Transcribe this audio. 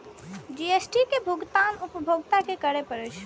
GST के भुगतान उपभोक्ता कें करय पड़ै छै